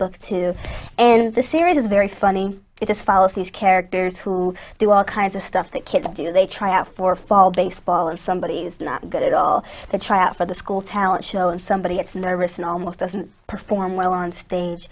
book two and the series is very funny it just follows these characters who do all kinds of stuff that kids do they try for fall baseball or somebody is not good at all to try out for the school talent show and somebody acts nervous and almost as an perform well on stage